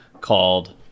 called